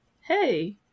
hey